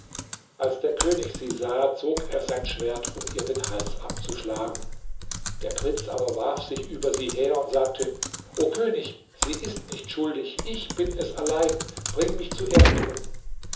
als der könig sie sah zog er sein schwert um ihr den hals abzuschlagen der prinz aber warf sich über sie her und sagte o könig sie ist nicht schuldig ich bin es allein bring mich zuerst um